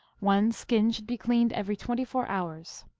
one skin should be cleaned every twenty four hours.